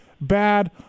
bad